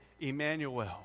Emmanuel